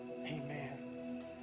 amen